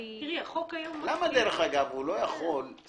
למה זה לא יכול להיות